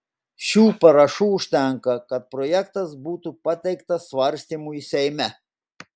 šių parašų užtenka kad projektas būtų pateiktas svarstymui seime